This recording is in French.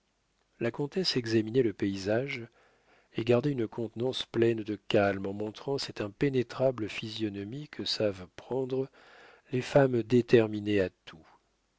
la comtesse examinait le paysage et gardait une contenance pleine de calme en montrant cette impénétrable physionomie que savent prendre les femmes déterminées à tout